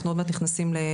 אנחנו עוד מעט נכנסים לקיץ,